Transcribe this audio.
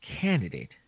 candidate